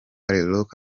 look